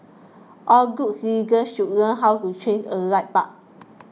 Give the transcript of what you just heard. all good citizens should learn how to change a light bulb